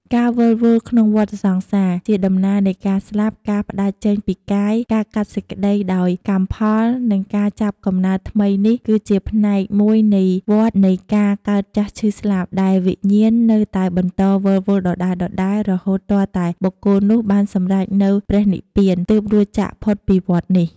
ការវិលវល់ក្នុងវដ្ដសង្សារ ជាដំណើរនៃការស្លាប់ ការផ្ដាច់ចេញពីកាយ ការកាត់សេចក្ដីដោយកម្មផល និងការចាប់កំណើតថ្មីនេះ គឺជាផ្នែកមួយនៃវដ្ដនៃការកើតចាស់ឈឺស្លាប់ ដែលវិញ្ញាណនៅតែបន្តវិលវល់ដដែលៗ រហូតទាល់តែបុគ្គលនោះបានសម្រេចនូវព្រះនិព្វាន ទើបរួចចាកផុតពីវដ្ដនេះ។